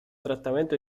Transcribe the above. trattamento